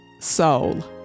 soul